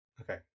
Okay